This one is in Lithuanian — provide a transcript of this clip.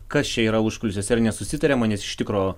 kas čia yra užkulisiuose ar nesusitariama nes iš tikro